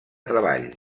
treball